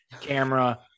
camera